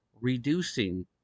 reducing